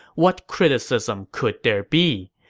what criticism could there be?